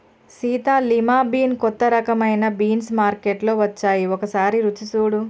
Sita lima bean కొత్త రకమైన beans మార్కేట్లో వచ్చాయి ఒకసారి రుచి సుడు